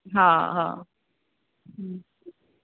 हा हा हम्म